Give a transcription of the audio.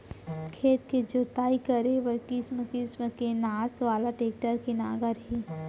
खेत के जोतई करे बर किसम किसम के नास वाला टेक्टर के नांगर हे